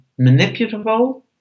manipulable